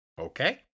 okay